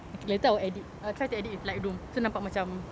okay later I will edit I will try to edit with lightroom so nampak macam